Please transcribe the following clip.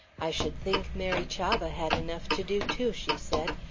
i should think mary chavah had enough to do, too, she said,